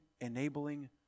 enabling